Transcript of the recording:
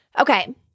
Okay